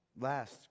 Last